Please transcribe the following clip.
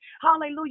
Hallelujah